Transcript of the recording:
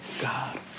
God